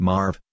Marv